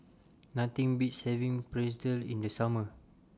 Nothing Beats having Pretzel in The Summer